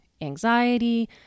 anxiety